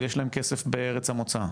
אבל יש להם כסף בארץ המוצא,